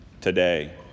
today